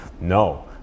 no